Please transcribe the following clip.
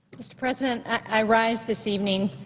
mr. president, i rise this evening